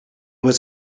was